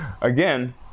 again